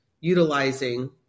utilizing